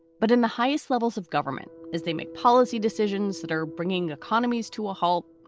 but in the highest levels of government, as they make policy decisions that are bringing economies to a halt,